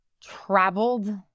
traveled